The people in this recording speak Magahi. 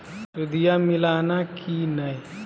सुदिया मिलाना की नय?